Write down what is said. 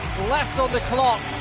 left on the clock.